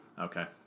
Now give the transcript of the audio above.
Okay